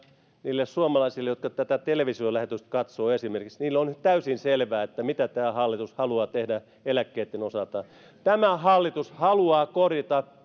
niille suomalaisille jotka esimerkiksi tätä televisiolähetystä katsovat on täysin selvää mitä tämä hallitus haluaa tehdä eläkkeitten osalta tämä hallitus haluaa korjata